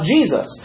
Jesus